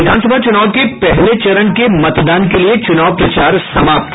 विधानसभा चूनाव के पहले चरण के मतदान के लिये चूनाव प्रचार समाप्त